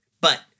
But-